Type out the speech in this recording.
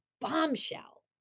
bombshell